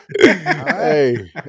Hey